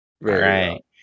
right